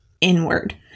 inward